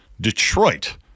Detroit